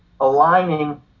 aligning